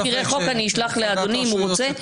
קיבלתי תזכירי חוק, אני אשלח לאדוני אם הוא ירצה.